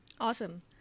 Awesome